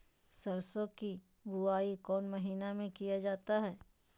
सरसो की बोआई कौन महीने में किया जाता है?